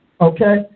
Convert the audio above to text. okay